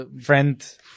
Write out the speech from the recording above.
Friend